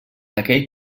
aquell